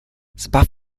zbav